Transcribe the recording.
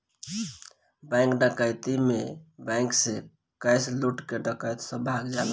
bank डकैती में bank से कैश लूट के डकैत सब भाग जालन